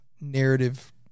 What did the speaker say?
narrative